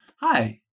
Hi